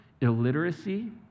illiteracy